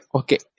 okay